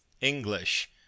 English